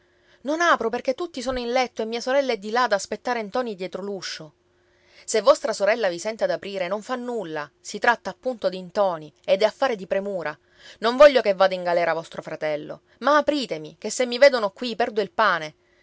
non apro perché tutti sono in letto e mia sorella è di là ad aspettare ntoni dietro l'uscio se vostra sorella vi sente ad aprire non fa nulla si tratta appunto di ntoni ed è affare di premura non voglio che vada in galera vostro fratello ma apritemi che se mi vedono qui perdo il pane